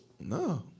No